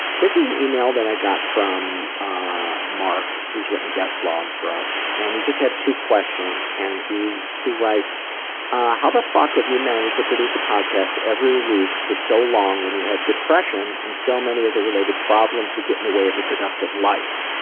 this is an email that i got from ah mark who's written a guest blog for us and he just has two questions and he he writes how the fuck have you managed to produce a podcast every week for so long when you have depression and so many of the related problems that get in the way of a productive life?